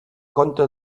conta